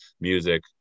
music